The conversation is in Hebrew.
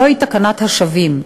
זוהי תקנת השבים.